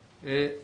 אימאן.